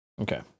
okay